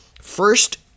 first